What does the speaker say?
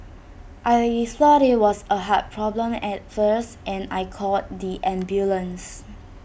I thought IT was A heart problem at first and I called the ambulance